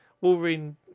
Wolverine